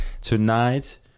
tonight